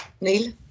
Neil